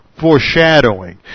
foreshadowing